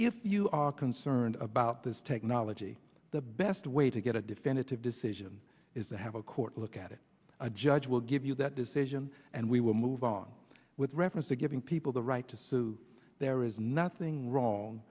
if you are concerned about this technology the best way to get a definitive decision is that have a court look at it a judge will give you that decision and we will move on with reference to giving people the right to sue there is nothing wrong